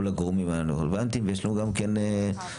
או לגורמים הרלוונטיים ויש לנו גם כאן מעקב,